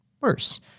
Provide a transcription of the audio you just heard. worse